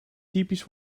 typisch